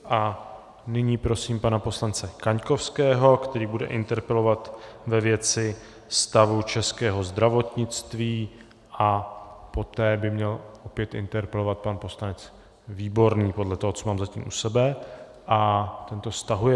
A nyní prosím pana poslance Kaňkovského, který bude interpelovat ve věci stavu českého zdravotnictví, a poté by měl opět interpelovat pan poslanec Výborný podle toho, co mám zatím u sebe a ten to stahuje.